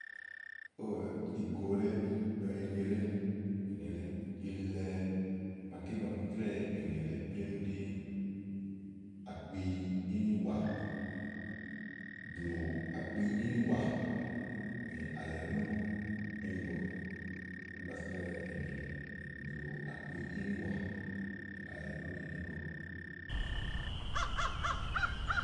óò we, ìgò lèe, ènì èle, ènì èle ilɛ màaké ba mi trɛ́ɛ̀ ènì èle plémú ɖí àkpi ínìwà blù àkpi ínìwà nì àlɛ̀lù ínigo úni ba trɛ́ɛ ènì èle blù àkpi ínìwà nì àlɛ̀ lú ìnigo.